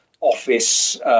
office